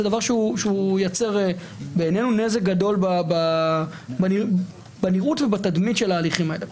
זה דבר שייצר נזק גדול בנראות ובתדמית של ההליכים האלה.